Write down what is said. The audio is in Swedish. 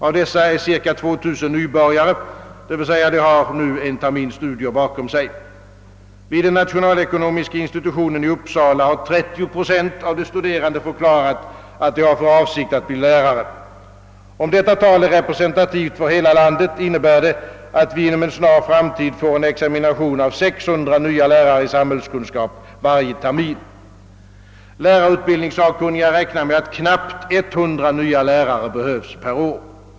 Av dessa är cirka 2 000 nybörjare, dvs. de har nu en termins studier bakom sig. Vid den nationalekonomiska institutionen i Uppsala har 30 procent av de studerande förklarat, att de har för avsikt att bli lärare. Om detta tal är representativt för hela landet, innebär det, att vi inom en snar framtid får en examination av 600 nya lärare i samhällskunskap varje termin. Lärarutbildningssakkunniga räknar med att knappt 100 nya lärare behövs per år.